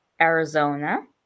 Arizona